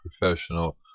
professional